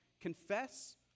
Confess